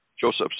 Joseph's